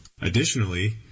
Additionally